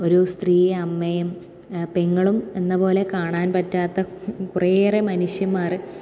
ഒരു സ്ത്രീ അമ്മയും പെങ്ങളും എന്ന പോലെ കാണാൻപറ്റാത്ത കുറെ ഏറെ മനുഷ്യന്മാർ